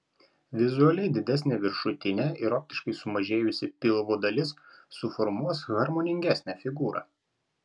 vizualiai didesnė viršutinė ir optiškai sumažėjusi pilvo dalis suformuos harmoningesnę figūrą